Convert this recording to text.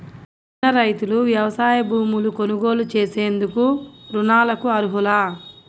చిన్న రైతులు వ్యవసాయ భూములు కొనుగోలు చేసేందుకు రుణాలకు అర్హులా?